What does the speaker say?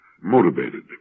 motivated